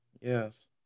yes